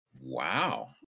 Wow